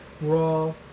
raw